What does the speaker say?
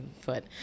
foot